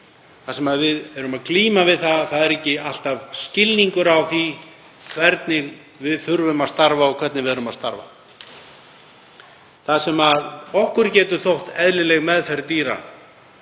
það sem við erum að glíma við er að ekki er alltaf til staðar skilningur á því hvernig við þurfum að starfa og hvernig við erum að starfa. Það sem okkur getur þótt eðlileg meðferð dýra,